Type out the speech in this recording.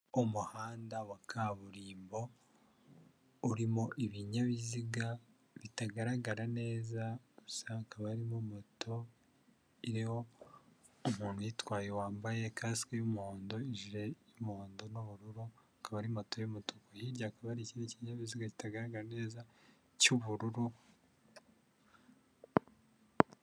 Umuhanda wa kaburimbo urimo ibinyabiziga bitagaragara neza, gusa hakaba harimo moto iriho umuntu uyitwaye wambaye kasiki y'umuhondo, ijire y'umuhondo n'ubururu, akaba ari moto y'umutuku, hirya hakaba hari ikindi kinyabiziga kitagaragara neza. cy'ubururu